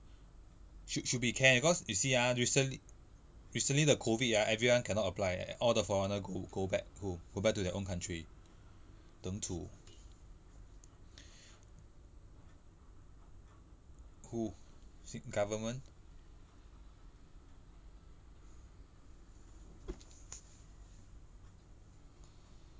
should should be can because you see ah recently recently the COVID ah everyone cannot apply eh all the foreigner go go back home go back to their own country 登出 who sing~ government